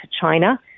China